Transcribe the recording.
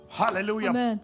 hallelujah